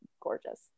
gorgeous